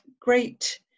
great